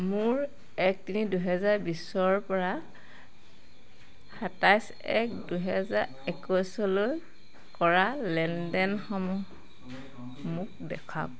মোৰ এক তিনি দুহেজাৰ বিছৰপৰা সাতাইছ এক দুহেজাৰ একৈছলৈ কৰা লেনদেনসমূহ মোক দেখুৱাওক